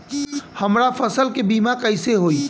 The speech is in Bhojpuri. हमरा फसल के बीमा कैसे होई?